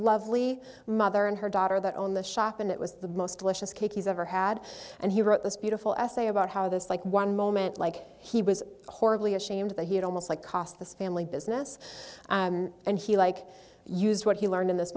lovely mother and her daughter that owned the shop and it was the most delicious cake he's ever had and he wrote this beautiful essay about how this like one moment like he was horribly ashamed that he had almost like cost this family business and he like used what he learned in this